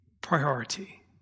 priority